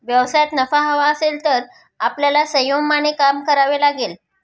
व्यवसायात नफा हवा असेल तर आपल्याला संयमाने काम करावे लागेल